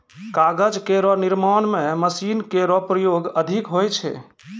कागज केरो निर्माण म मशीनो केरो प्रयोग अधिक होय छै